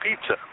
Pizza